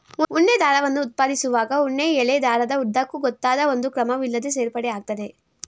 ಉಣ್ಣೆ ದಾರವನ್ನು ಉತ್ಪಾದಿಸುವಾಗ ಉಣ್ಣೆಯ ಎಳೆ ದಾರದ ಉದ್ದಕ್ಕೂ ಗೊತ್ತಾದ ಒಂದು ಕ್ರಮವಿಲ್ಲದೇ ಸೇರ್ಪಡೆ ಆಗ್ತದೆ